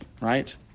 right